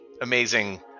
amazing